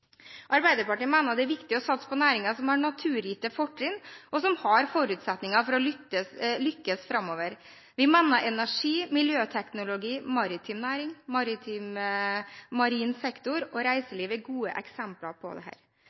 Arbeiderpartiet mener det er viktig å satse på næringer som har naturgitte fortrinn, og som har forutsetninger for å lykkes framover. Vi mener energi, miljøteknologi, maritim næring, marin sektor og reiseliv er gode eksempler på dette. I tillegg ser vi at det